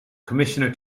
commissioner